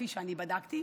כפי שאני בדקתי,